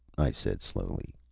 i said slowly.